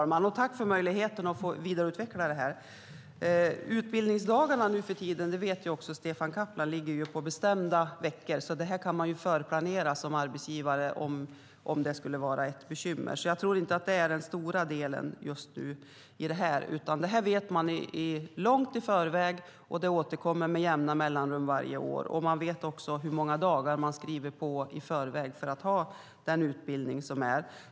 Herr talman! Tack för möjligheten att få vidareutveckla det här! Utbildningsdagarna nu för tiden, vilket också Stefan Caplan vet, ligger på bestämda veckor. Det kan man alltså som arbetsgivare planera för om det skulle vara ett bekymmer. Jag tror inte att det är det stora i det här. Detta vet man långt i förväg, och det återkommer med jämna mellanrum varje år. Man vet också hur många dagar man skriver på i förväg för att ha den utbildning som är.